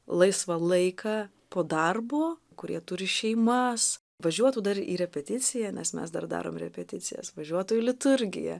laisvą laiką po darbo kurie turi šeimas važiuotų dar į repeticiją nes mes dar darom repeticijas važiuotų į liturgiją